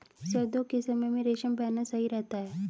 सर्दियों के समय में रेशम पहनना सही रहता है